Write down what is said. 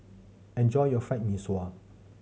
enjoy your Fried Mee Sua